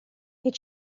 did